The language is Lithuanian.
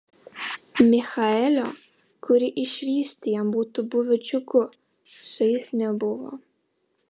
michaelio kurį išvysti jam būtų buvę džiugu su jais nebuvo